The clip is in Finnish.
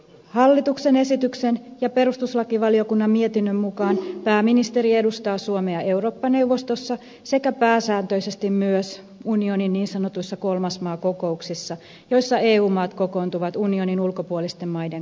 hallituksen esityksen ja perustuslakivaliokunnan mietinnön mukaan pääministeri edustaa suomea eurooppa neuvostossa sekä pääsääntöisesti myös unionin niin sanotuissa kolmas maa kokouksissa joissa eu maat kokoontuvat unionin ulkopuolisten maiden kanssa